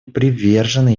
привержены